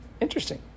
Interesting